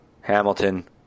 Hamilton